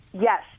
Yes